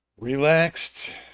relaxed